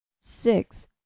six